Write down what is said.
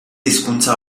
hizkuntza